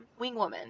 wingwoman